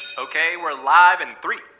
ok. we're live in three,